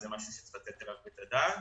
זה משהו שצריך לתת עליו את הדעת.